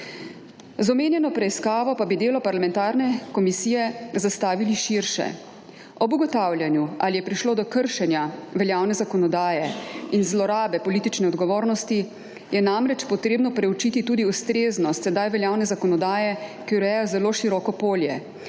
Z omenjeno preiskavo pa bi delo parlamentarne komisije zastavili širše. Ob ugotavljanju ali je prišlo do kršenja veljavne zakonodaje in zlorabe politične odgovornosti, je namreč potrebno preučiti tudi ustreznost sedaj veljavne zakonodaje, ki ureja zelo široko polje